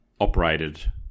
operated